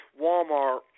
walmart